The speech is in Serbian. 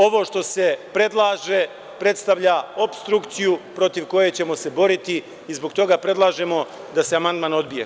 Ovo što se predlaže predstavlja opstrukciju protiv koje ćemo se boriti i zbog toga predlažemo da se amandman odbije.